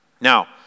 Now